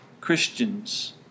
Christians